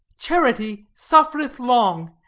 charity suffereth long,